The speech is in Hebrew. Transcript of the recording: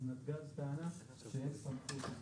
אז נתג"ז טענה שאין סמכות.